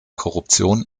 korruption